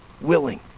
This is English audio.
willing